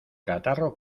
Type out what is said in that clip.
catarro